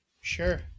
Sure